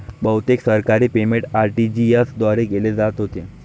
बहुतेक सरकारी payment RTGS द्वारे केले जात होते